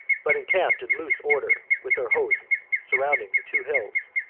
but encamped in loose order with their hosts surrounding the two hills.